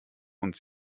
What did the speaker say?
und